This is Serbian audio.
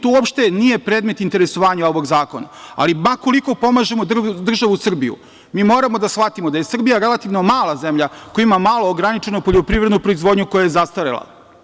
To uopšte nije predmet interesovanja ovog zakona, ali ma koliko pomažemo državu Srbiju mi moramo da shvatimo da je Srbija relativno mala zemlja koja ima malo ograničeno poljoprivrednu proizvodnju koja je zastarela.